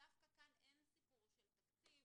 דווקא כאן אין סיפור של תקציב.